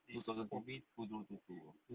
two thousand two two zero two two ah